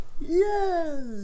Yes